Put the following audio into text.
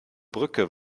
brücke